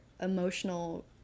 emotional